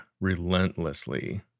relentlessly